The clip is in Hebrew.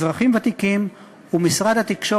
האזרחים הוותיקים והתקשורת,